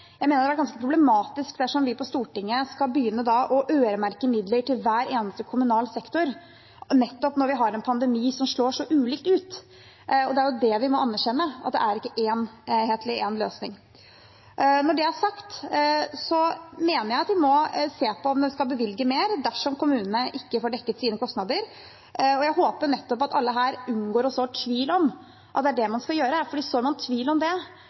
Det ville være ganske problematisk dersom vi på Stortinget skulle begynne å øremerke midler til hver eneste kommunal sektor når vi har en pandemi som slår så ulikt ut. Det er det vi må anerkjenne – at det ikke er én løsning. Når det er sagt, mener jeg at vi må se på om vi skal bevilge mer dersom kommunene ikke får dekket sine kostnader. Jeg håper alle her unngår å så tvil om at det er det man skal gjøre. Sår man tvil om det,